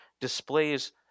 displays